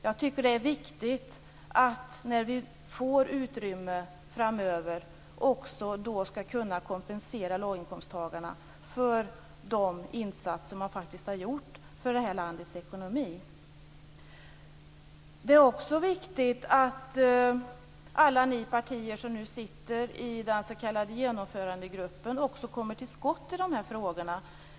Jag tycker att det är viktigt att vi när vi får utrymme framöver också skall kunna kompensera låginkomsttagarna för de insatser de faktiskt har gjort för det här landets ekonomi. Det är också viktigt att alla ni partier som nu sitter i den s.k. genomförandegruppen kommer till skott i de här frågorna.